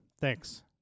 Thanks